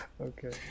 Okay